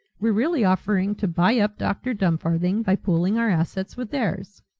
we're really offering to buy up dr. dumfarthing by pooling our assets with theirs.